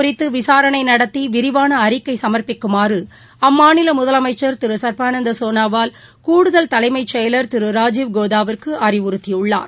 குறித்துவிசாரனைநடத்திவிரிவானஅறிக்கைசம்ப்பிக்குமாறுஅம்மாநிலமுதலமைச்சா் இந்தசம்பவம் திருச்பானந்தசோனாவால் கூடுதல் தலைமைச் செயலர் திருராஜீவ் கோதாவிற்குஅறிவுறுத்தியுள்ளார்